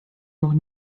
noch